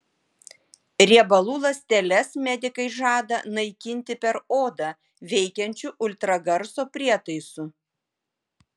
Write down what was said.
riebalų ląsteles medikai žada naikinti per odą veikiančiu ultragarso prietaisu